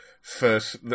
first